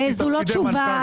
זו לא תשובה.